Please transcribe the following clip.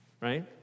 right